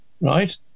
right